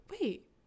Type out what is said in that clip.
wait